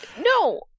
no